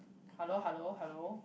hello hello hello